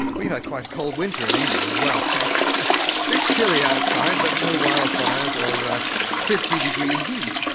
we had quite a cold winter in england as well, so a bit chilly outside, but no wildfires or ah fifty degree heat.